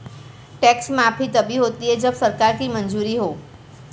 tax माफी तभी होती है जब सरकार की मंजूरी हो